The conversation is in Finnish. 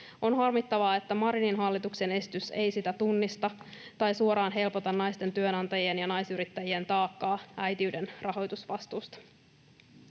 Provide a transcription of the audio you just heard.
On harmittavaa, että Marinin hallituksen esitys ei sitä tunnista tai suoraan helpota naisten työnantajien ja naisyrittäjien taakkaa äitiyden rahoitusvastuusta.